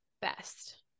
best